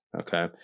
Okay